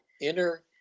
inner